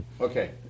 Okay